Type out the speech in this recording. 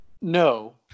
No